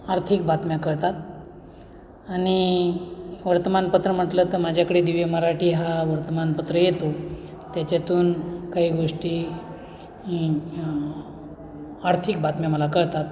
आर्थिक बातम्या कळतात आणि वर्तमानपत्र म्हटलं तर माझ्याकडे दिव्य मराठी हा वर्तमानपत्र येतो त्याच्यातून काही गोष्टी आर्थिक बातम्या मला कळतात